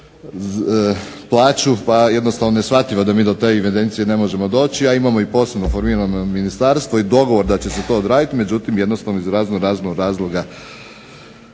plaću pa je jednostavno neshvatljivo da mi do te evidencije ne možemo doći, a imamo i posebno formirano ministarstvo i dogovor da će se to odraditi, međutim jednostavno iz raznoraznog